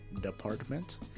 Department